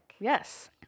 yes